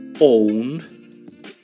own